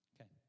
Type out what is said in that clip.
Okay